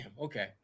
okay